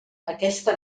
aquesta